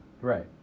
Right